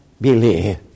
believe